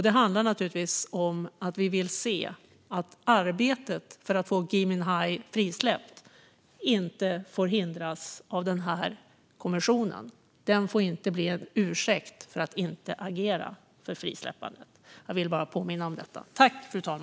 Det handlar om att arbetet för att få Gui Minhai frisläppt inte får hindras av den här kommissionen. Den får inte bli en ursäkt för att inte agera för hans frisläppande. Jag vill bara påminna om detta.